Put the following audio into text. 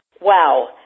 wow